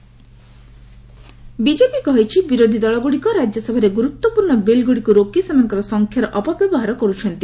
BJP reservation BJP କହିଛି ବିରୋଧୀଦଳ ଗୁଡିକ ରାଜ୍ୟସଭାରେ ଗୁରୁତ୍ୱପୂର୍ଣ୍ଣ ବିଲ୍ଗୁଡିକୁ ରୋକି ସେମାନଙ୍କର ସଂଖ୍ୟାର ଅପବ୍ୟବହାର କରୁଛନ୍ତି